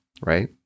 right